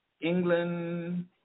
England